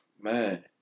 Man